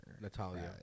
Natalia